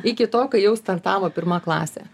iki to kai jau startavo pirma klasė